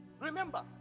Remember